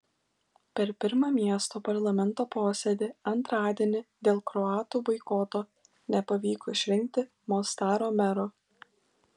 per pirmą miesto parlamento posėdį antradienį dėl kroatų boikoto nepavyko išrinkti mostaro mero